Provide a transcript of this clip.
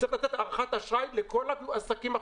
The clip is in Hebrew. צריך לתת הארכת אשראי לכל העסקים,